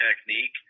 technique